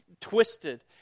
twisted